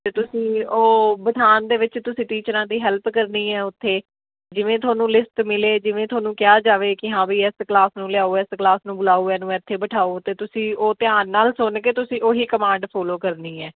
ਅਤੇ ਤੁਸੀਂ ਉਹ ਬਿਠਾਉਣ ਦੇ ਵਿੱਚ ਤੁਸੀਂ ਟੀਚਰਾਂ ਦੀ ਹੈਲਪ ਕਰਨੀ ਹੈ ਉੱਥੇ ਜਿਵੇਂ ਤੁਹਾਨੂੰ ਲਿਸਟ ਮਿਲੇ ਜਿਵੇਂ ਤੁਹਾਨੂੰ ਕਿਹਾ ਜਾਵੇ ਕਿ ਹਾਂ ਬਈ ਇਸ ਕਲਾਸ ਨੂੰ ਲਿਆਓ ਇਸ ਕਲਾਸ ਨੂੰ ਬੁਲਾਓ ਇਹਨੂੰ ਇੱਥੇ ਬਿਠਾਓ ਤਾਂ ਤੁਸੀਂ ਉਹ ਧਿਆਨ ਨਾਲ ਸੁਣ ਕੇ ਤੁਸੀਂ ਉਹੀ ਕਮਾਂਡ ਫੋਲੋ ਕਰਨੀ ਹੈ